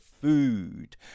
food